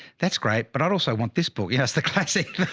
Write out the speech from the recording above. that's great, but i'd also want this book. yes. the classic.